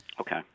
okay